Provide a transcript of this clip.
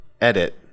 edit